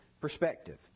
perspective